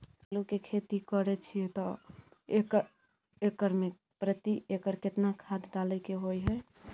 आलू के खेती करे छिये त एकरा मे प्रति एकर केतना खाद डालय के होय हय?